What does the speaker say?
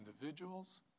individuals